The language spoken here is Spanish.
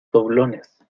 doblones